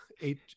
eight